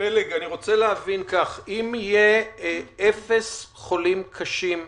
אני רוצה להבין כך, אם יהיו אפס חולים קשים חדשים,